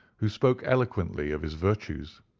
who spoke eloquently of his virtues.